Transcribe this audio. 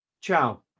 Ciao